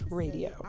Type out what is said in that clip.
radio